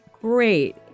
Great